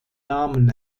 namen